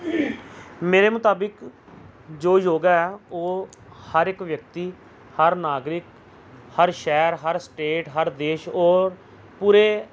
ਮੇਰੇ ਮੁਤਾਬਿਕ ਜੋ ਯੋਗਾ ਹੈ ਉਹ ਹਰ ਇੱਕ ਵਿਅਕਤੀ ਹਰ ਨਾਗਰਿਕ ਹਰ ਸ਼ਹਿਰ ਹਰ ਸਟੇਟ ਹਰ ਦੇਸ਼ ਔਰ ਪੂਰੇ